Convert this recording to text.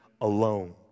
alone